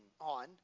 on